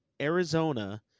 Arizona